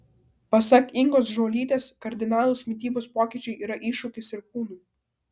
pasak ingos žuolytės kardinalūs mitybos pokyčiai yra iššūkis ir kūnui